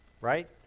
right